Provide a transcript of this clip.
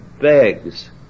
begs